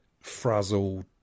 frazzled